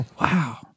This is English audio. Wow